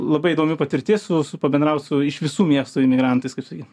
labai įdomi patirtis su su pabendraut su iš visų miestų emigrantais kaip sakyt